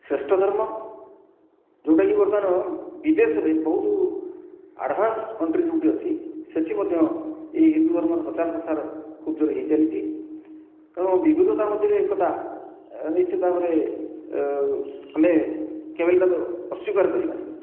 ଶ୍ରେଷ୍ଠ ଧର୍ମ ଯେଉଁଟାକି ବର୍ତ୍ତମାନ ବିଦେଶରେ ବହୁତ ଆଡ଼ଭାନ୍ସ କଣ୍ଟ୍ରି ଯେଉଁଠି ଅଛି ସେଠି ମଧ୍ୟ ଏଇ ହିନ୍ଦୁ ଧର୍ମର ପ୍ରଚାର ପ୍ରସାର ଖୁବ ଯୋର୍ ରେ ହୋଇ ଚାଲିଛି ତେଣୁ ବିଭିନ୍ନତା ମଧ୍ୟରେ ଏକତା ନିଶ୍ଚିତ ଭାବରେ ଆମେ କେବେ ତାକୁ ଅସ୍ୱୀକାର କରିବା ନାହିଁ